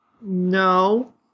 no